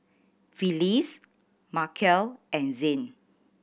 Phyllis Markel and Zane